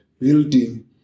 building